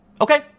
Okay